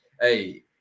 hey